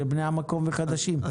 של בני המקום וחדשים.